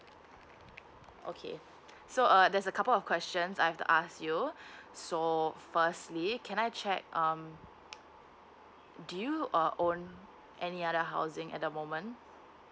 okay so uh there're a couple of questions I've to ask you so firstly can I check um do you uh own any other housing at the moment